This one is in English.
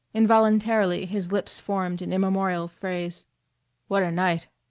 involuntarily his lips formed an immemorial phrase what a night!